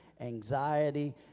anxiety